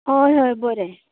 होय होय बरें